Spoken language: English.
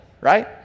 right